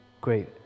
Great